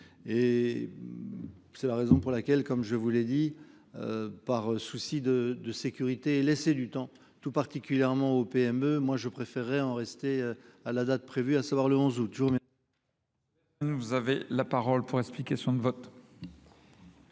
Et c'est la raison pour laquelle, comme je vous l'ai dit, par souci de sécurité et l'essai du temps, tout particulièrement au PME, moi je préférerais en rester à la date prévue, à savoir le 11 août.